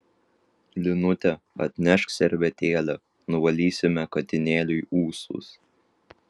linute atnešk servetėlę nuvalysime katinėliui ūsus